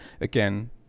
again